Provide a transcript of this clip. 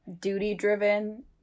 duty-driven